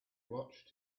watched